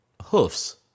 hoofs